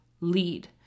lead